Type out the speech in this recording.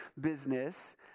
business